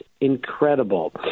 incredible